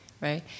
right